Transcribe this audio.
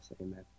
Amen